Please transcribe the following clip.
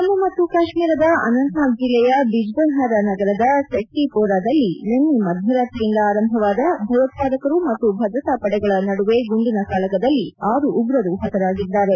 ಜಮ್ಮು ಮತ್ತು ಕಾಶ್ಮೀರದ ಅನಂತ್ನಾಗ್ಜಿಲ್ಲೆಯ ಬಿಜ್ಬೇಹರಾ ನಗರದ ಸೆಟ್ಕಿ ಪೋರಾದಲ್ಲಿ ನಿನ್ನೆ ಮಧ್ಯರಾತ್ರಿಯಿಂದ ಆರಂಭವಾದ ಭಯೋತ್ಸಾದಕರು ಮತ್ತು ಭದ್ರತಾಪಡೆಗಳ ನಡುವೆ ಗುಂಡಿನ ಕಾಳಗದಲ್ಲಿ ಆರು ಉಗ್ರರು ಹತರಾಗಿದ್ದಾರೆ